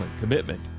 commitment